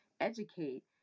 educate